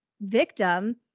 victim